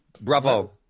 bravo